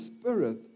spirit